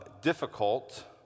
difficult